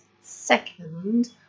second